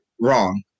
wrong